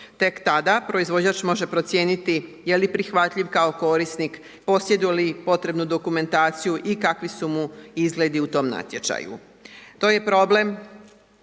Tek tada proizvođač može procijeniti je li prihvatljiv kao korisnik, posjeduje li potrebnu dokumentaciju i kakvi su mu izgledi u tom natječaju. To je problem